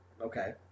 Okay